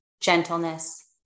gentleness